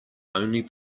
only